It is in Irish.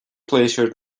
pléisiúr